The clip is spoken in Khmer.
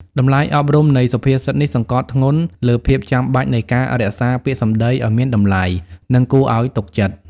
តម្លៃអប់រំនៃសុភាសិតនេះសង្កត់ធ្ងន់លើភាពចាំបាច់នៃការរក្សាពាក្យសម្ដីឱ្យមានតម្លៃ និងគួរឱ្យទុកចិត្ត។